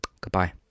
Goodbye